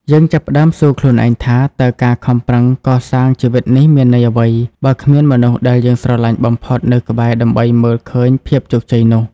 យើងចាប់ផ្តើមសួរខ្លួនឯងថា តើការខំប្រឹងកសាងជីវិតនេះមានន័យអ្វី បើគ្មានមនុស្សដែលយើងស្រឡាញ់បំផុតនៅក្បែរដើម្បីមើលឃើញភាពជោគជ័យនោះ?